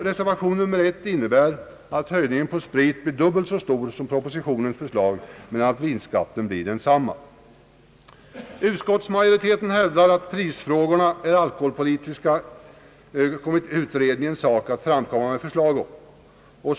Reservation nr 1 innebär att höjningen på spritskatten blir dubbelt så stor som i propositionens förslag, medan vinskatten blir densamma. Utskottsmajoriteten hävdar att det ankommer på alkoholpolitiska utredningen att framlägga förslag i prisfrågorna.